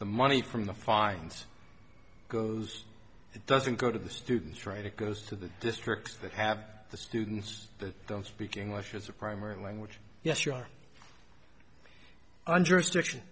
the money from the fines goes it doesn't go to the students right it goes to the districts that have the students that don't speak english as a primary language yes you're on jurisdiction